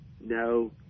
no